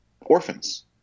orphans